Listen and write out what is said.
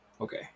Okay